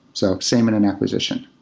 so same in an acquisition.